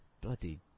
bloody